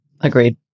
Agreed